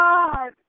God